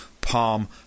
palm